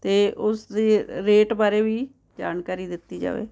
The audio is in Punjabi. ਅਤੇ ਉਸਦੇ ਰੇਟ ਬਾਰੇ ਵੀ ਜਾਣਕਾਰੀ ਦਿੱਤੀ ਜਾਵੇ